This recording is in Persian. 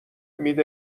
مید